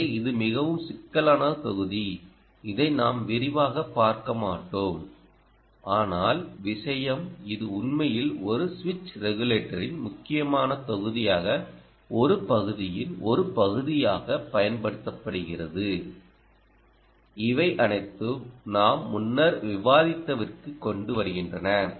எனவே இது மிகவும் சிக்கலான தொகுதி இதை நாம் விரிவாகப் பார்க்க மாட்டோம் ஆனால் விஷயம் இது உண்மையில் ஒரு சுவிட்ச் ரெகுலேட்டரின் முக்கியமான தொகுதியாக ஒரு பகுதியின் ஒரு பகுதியாகப் பயன்படுத்தப்படுகிறது இவை அனைத்தும் நாம் முன்னர் விவாதித்தவற்றிற்கு கொண்டு வருகின்றன